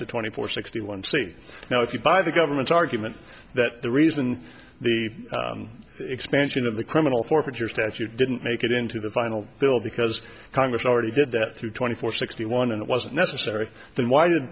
to twenty four sixty one c now if you buy the government's argument that the reason the expansion of the criminal forfeiture stats you didn't make it into the final bill because congress already did that through twenty four sixty one and it wasn't necessary then why did